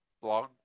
blog